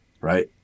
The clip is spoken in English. right